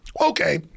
okay